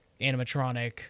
animatronic